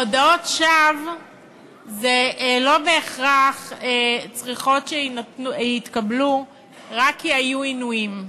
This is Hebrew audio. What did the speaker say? הודאות שווא לא בהכרח מתקבלות רק כי היו עינויים.